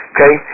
Okay